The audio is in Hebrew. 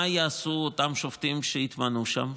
מה יעשו אותם שופטים שיתמנו שם,